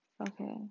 Okay